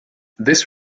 this